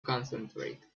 concentrate